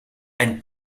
ein